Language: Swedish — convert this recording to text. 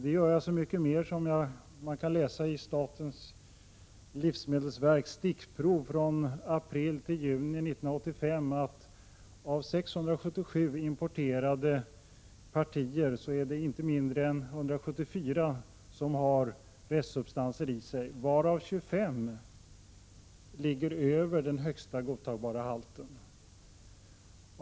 Det gör jag så mycket mer som jag har läst statens livsmedelsverks stickprovsstatistik från april till juni 1985, av vilken framgår att inte mindre än 174 av 677 importerade partier hade restsubstanser i sig, varav 25 låg över den högsta godtagbara halten.